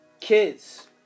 kids